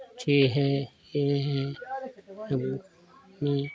अच्छी है यह है सबमें